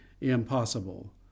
impossible